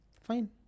Fine